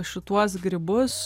šituos grybus